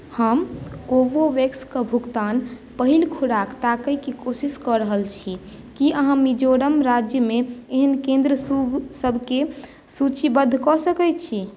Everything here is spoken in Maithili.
हम कोवोवेक्स कऽ भुगतान पहिल खुराक ताकयके कोशिश कऽ रहल छी की अहाँ मिजोरम राज्यमे एहन केन्द्र सभकेँ सूचीबद्ध कऽ सकैत छी